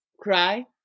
cry